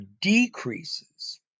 decreases